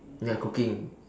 ya cooking